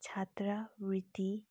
छात्रवृत्ति